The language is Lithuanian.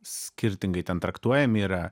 skirtingai ten traktuojami yra